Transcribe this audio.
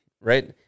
right